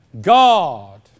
God